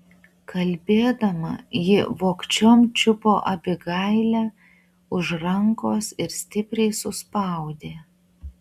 kalbėdama ji vogčiom čiupo abigailę už rankos ir stipriai suspaudė